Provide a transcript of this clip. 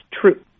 true